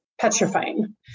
petrifying